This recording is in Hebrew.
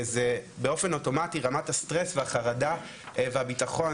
באופן אוטומטי רמת הסטרס והחרדה והביטחון